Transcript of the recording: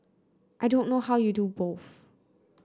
I don't know how you do both